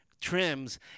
trims